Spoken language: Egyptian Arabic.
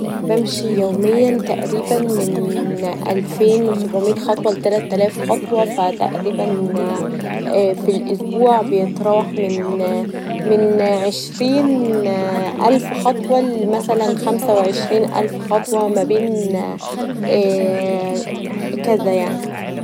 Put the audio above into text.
بمشي يوميا تقريبا من ألفين و سبعوميه خطوه ل تلاتلاف خطوه يعني تقريبا في الاسبوع بيتراوح من عشرين الف خطوه ل خمسه و عشرين الف خطوه ما بين و هكذا يعني.